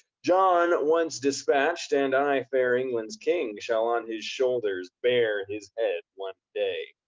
john once dispatched, and i fair england's king, shall on his shoulders bear his head one day,